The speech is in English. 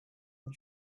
and